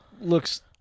looks